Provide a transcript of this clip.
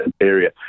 area